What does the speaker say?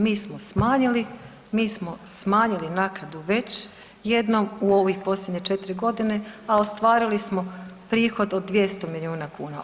Mi smo smanjili, mi smo smanjili naknadu već jednom u ovih posljednjih 4 godine, a ostvarili smo prihod od 200 milijuna kuna.